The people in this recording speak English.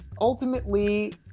ultimately